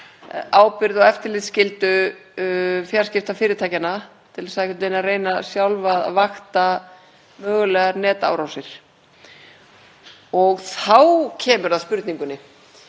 ábyrgð og eftirlitsskyldu fjarskiptafyrirtækjanna til þess að reyna sjálf að vakta mögulegar netárásir, og þá kemur að spurningunni: